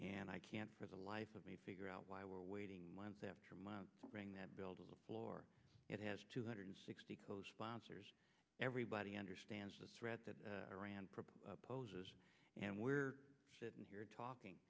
and i can't for the life of me figure out why we're waiting month after month bring that building floor it has two hundred sixty co sponsors everybody understands the threat that iran poses and we're sitting here talking